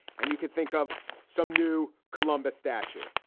and you can think of some new columbus statue.